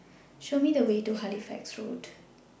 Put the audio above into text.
Show Me The Way to Halifax Road